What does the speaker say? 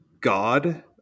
God